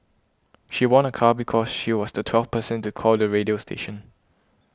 she won a car because she was the twelfth person to call the radio station